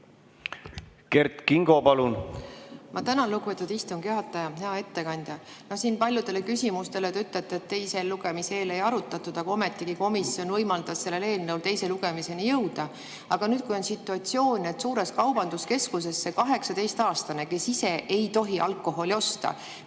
Kert Kingo, palun!